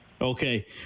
Okay